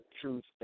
truth